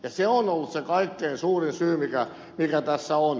se on ollut se kaikkein suurin syy mikä tässä on